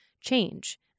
change